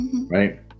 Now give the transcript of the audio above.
Right